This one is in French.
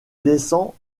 descend